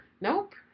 Nope